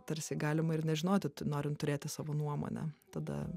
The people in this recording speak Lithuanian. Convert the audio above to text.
tarsi galima ir nežinoti norint turėti savo nuomonę tada